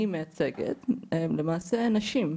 מייצגת היום הן למעשה נשים,